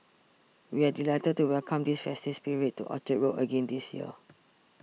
we are delighted to welcome the festive spirit to Orchard Road again this year